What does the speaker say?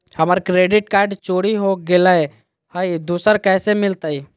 हमर credit card चोरी हो गेलय हई, दुसर कैसे मिलतई?